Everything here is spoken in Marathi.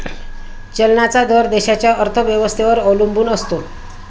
चलनाचा दर देशाच्या अर्थव्यवस्थेवर अवलंबून असतो